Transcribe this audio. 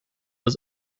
was